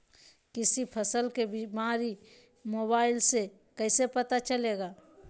किसी फसल के बीमारी मोबाइल से कैसे पता चलेगा?